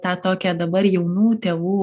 tą tokią dabar jaunų tėvų